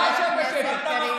אתה שב בשקט.